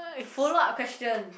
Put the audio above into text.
follow up question